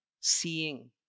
seeing